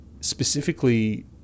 specifically